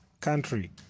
country